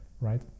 right